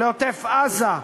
לעוטף-עזה,